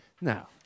Now